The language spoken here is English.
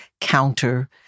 counter